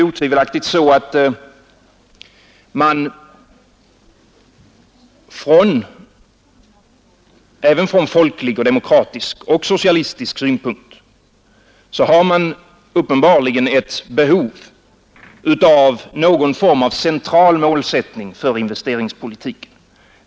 Även från folklig, demokratisk och socialistisk synpunkt har man uppenbarligen ett behov av någon form av central målsättning för investeringspolitiken.